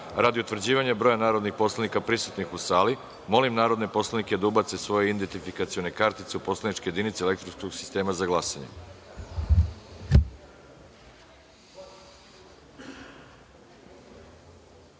utvrđivanja broja narodnih poslanika prisutnih u sali, molim narodne poslanike da ubace svoje identifikacione kartice u poslaničke jedinice elektronskog sistema za